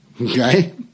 Okay